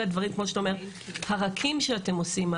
הדברים כמו שאתה אומר הרכים שאתם עושים,